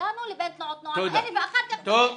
שלנו לבין תנועות נוער אלה ואחר כך בתקציב.